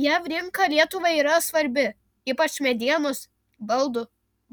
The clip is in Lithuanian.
jav rinka lietuvai yra svarbi ypač medienos baldų